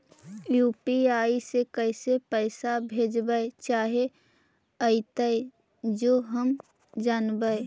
UPI से कैसे पैसा भेजबय चाहें अइतय जे हम जानबय?